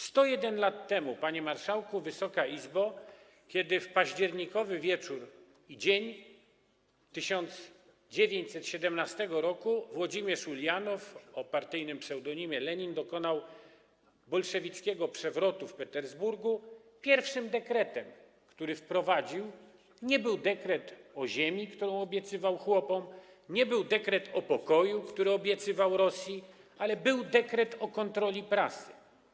101 lat temu, panie marszałku, Wysoka Izbo, kiedy w październikowy wieczór i dzień 1917 r. Włodzimierz Uljanow o partyjnym pseudonimie Lenin dokonał bolszewickiego przewrotu w Petersburgu, pierwszym dekretem, który wprowadził, nie był dekret o ziemi, który obiecywał chłopom, nie był dekret o pokoju, który obiecywał Rosji, ale był dekret o kontroli prasy.